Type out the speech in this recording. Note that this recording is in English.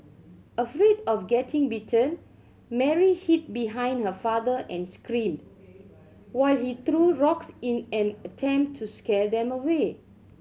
afraid of getting bitten Mary hid behind her father and screamed while he threw rocks in an attempt to scare them away